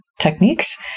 techniques